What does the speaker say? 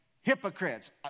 hypocrites